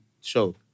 show